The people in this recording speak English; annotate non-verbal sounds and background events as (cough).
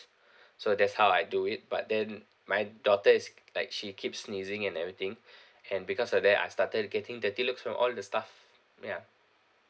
(breath) so that's how I do it but then my daughter is like she keeps sneezing and everything (breath) and because of that I started getting dirty looks from all the staff ya